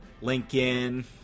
Lincoln